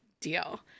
deal